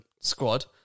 squad